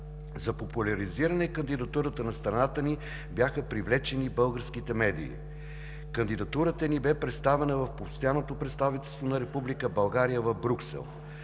За популяризиране кандидатурата на страната ни бяха привлечени българските медии. Кандидатурата ни бе представена в постоянното представителство на Република България в Брюксел.